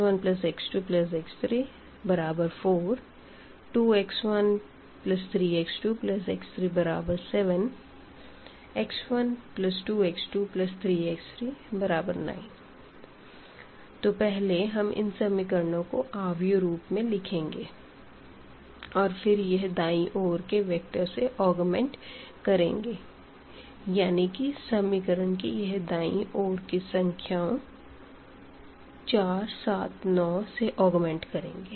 x1x2x34 2x13x2x37 x12x23x39 तो पहले हम इन इक्वेशनस को मैट्रिक्स रूप में लिखेंगे और फिर यह दायीं ओर के वेक्टर से ऑग्मेंट करेंगे यानी कि इक्वेशन की यह दायीं ओर की संख्याओं 4 7 9 से ऑग्मेंट करेंगे